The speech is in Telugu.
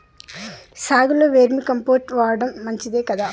సాగులో వేర్మి కంపోస్ట్ వాడటం మంచిదే కదా?